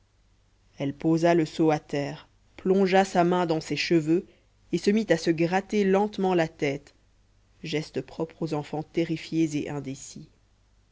elle posa le seau à terre plongea sa main dans ses cheveux et se mit à se gratter lentement la tête geste propre aux enfants terrifiés et indécis